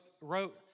wrote